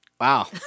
Wow